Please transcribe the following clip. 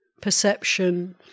Perception